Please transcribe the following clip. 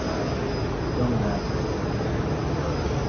someone has to report it in order for us.